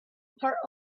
part